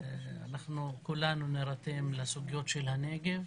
כולנו נירתם לסוגיות של הנגב.